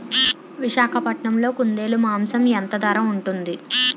విశాఖపట్నంలో కుందేలు మాంసం ఎంత ధర ఉంటుంది?